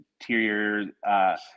interior –